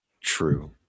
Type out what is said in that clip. true